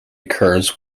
occurs